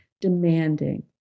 demanding